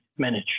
manage